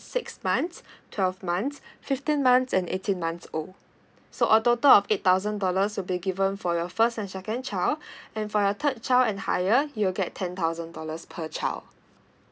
six months twelve months fifteen months and eighteen months old so a total of eight thousand dollars will be given for your first and second child and for your third child and higher you'll get ten thousand dollars per child